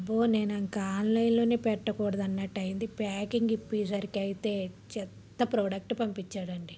అబ్బో నేనింక ఆన్లైన్లో పెట్టకూడదన్నట్టు అయింది ప్యాకింగ్ ఇప్పేసరికి అయితే చెత్త ప్రోడక్ట్ పంపించారు అండి